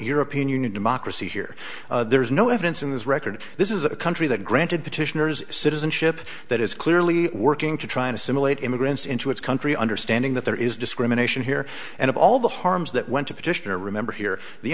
european union democracy here there's no evidence in this record this is a country that granted petitioners citizenship that is clearly working to try and assimilate immigrants into its country understanding that there is discrimination here and of all the harms that went to petitioner remember here the